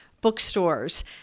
bookstores